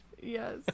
yes